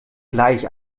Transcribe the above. gleich